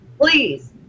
Please